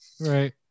Right